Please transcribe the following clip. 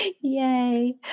Yay